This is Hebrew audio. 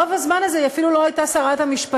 רוב הזמן הזה היא אפילו לא הייתה שרת המשפטים,